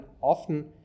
often